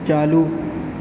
چالو